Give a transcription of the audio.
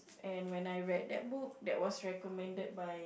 and when I read that book that was recommended by